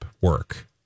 work